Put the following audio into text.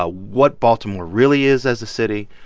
ah what baltimore really is as a city.